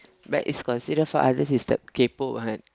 but it's considered for others is the kaypoh one